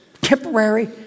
Temporary